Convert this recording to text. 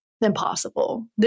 impossible